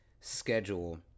schedule